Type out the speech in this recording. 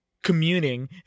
Communing